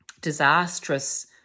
disastrous